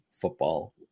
football